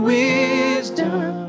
wisdom